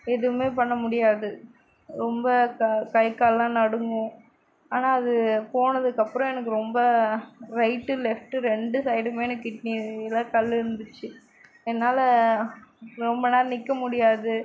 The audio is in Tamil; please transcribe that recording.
எதுவும் பண்ணமுடியாது ரொம்ப கை கால்லாம் நடுங்கும் ஆனால் அது போனதுக்கப்றம் ரொம்ப ரைட்டு லெஃப்ட்டு ரெண்டு சைடும் எனக்கு கிட்னியில் கல் இருந்துச்சு என்னால் ரொம்ப நேரம் நிற்கமுடியாது